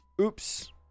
Oops